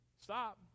stop